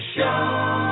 Show